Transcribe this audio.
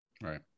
right